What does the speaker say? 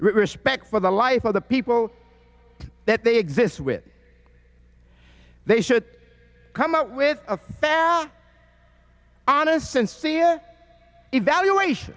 respect for the life of the people that they exist with they should come up with a found honest sincere evaluation